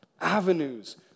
avenues